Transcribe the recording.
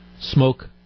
smoke